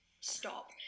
stop